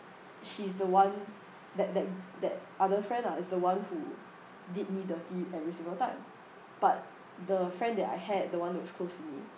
she's the one that that that other friend ah is the one who did me dirty every single time but the friend that I had the one who was close to me